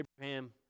Abraham